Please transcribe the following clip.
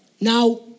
Now